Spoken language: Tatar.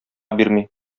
бирми